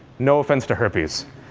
no offense to herpes.